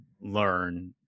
learn